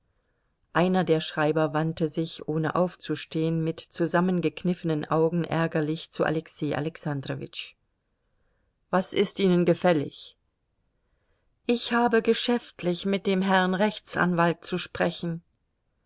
einer der schreiber wandte sich ohne aufzustehen mit zusammengekniffenen augen ärgerlich zu alexei alexandrowitsch was ist ihnen gefällig ich habe geschäftlich mit dem herrn rechtsanwalt zu sprechen